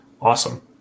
awesome